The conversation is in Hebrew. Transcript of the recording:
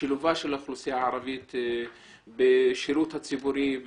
שילובה של האוכלוסייה הערבית בשירות הציבורי,